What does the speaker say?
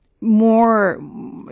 more